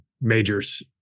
majors